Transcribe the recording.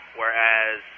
whereas